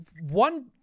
one